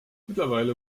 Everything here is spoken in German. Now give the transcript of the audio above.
mittlerweile